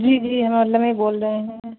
جی جی ہم علمی بول رہے ہیں